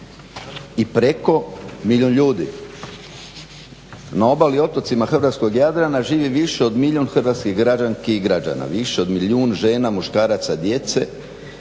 i preko milijun ljudi. Na obali i otocima Hrvatskog jadrana živi više od milijun hrvatskih građana i građana, više od milijun žena, muškaraca, djece,